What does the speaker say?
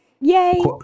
Yay